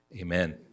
Amen